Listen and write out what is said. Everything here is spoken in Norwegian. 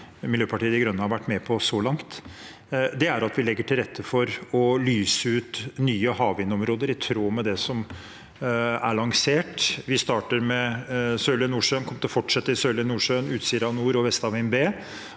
Miljøpartiet De Grønne har vært med på så langt, er at vi legger til rette for å lyse ut nye havvindområder i tråd med det som er lansert. Vi starter med Sørlige Nordsjø og kommer til å fortsette i Sørlige Nordsjø, Utsira Nord og Vestavind B,